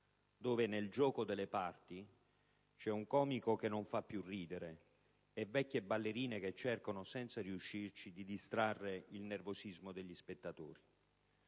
dove, nel gioco delle parti, c'è un comico che non fa più ridere e vecchie ballerine che cercano, senza riuscirci, di distrarre il nervosismo degli spettatori.